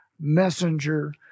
messenger